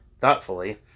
thoughtfully